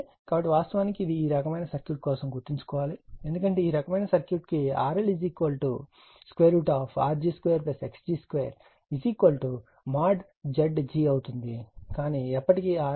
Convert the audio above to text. కాబట్టి వాస్తవానికి ఇది ఈ రకమైన సర్క్యూట్ కోసం గుర్తుంచుకోవాలి ఎందుకంటే ఈ రకమైన సర్క్యూట్ కు RLRg2xg2 Zgఅవుతుంది